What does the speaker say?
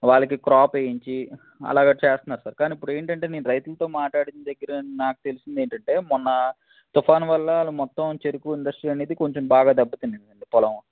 వాళ్ళకి క్రాప్ వేయించి అలాగా చేస్తున్నారు సార్ కానీ ఇప్పుడు ఏంటి అంటే నేను రైతులతో మాట్లాడిన దగ్గర నాకు తెలిసింది ఏంటి అంటే మొన్న తుఫాన్ వల్ల వాళ్ళు మొత్తం చెరుకు ఇండస్ట్రీ అనేది కొంచెం బాగా దెబ్బ తినింది పొలం